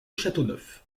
châteauneuf